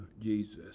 Jesus